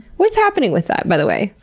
what's happening with that by the way?